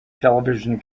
television